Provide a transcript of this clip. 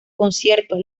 conciertos